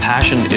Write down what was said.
Passion